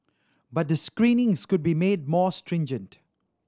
but the screenings could be made more stringent